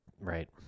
Right